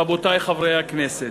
רבותי חברי הכנסת,